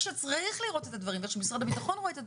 שצריך לראות את הדברים ואיך שמשרד הביטחון רואה את הדברים,